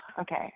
Okay